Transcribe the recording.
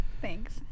thanks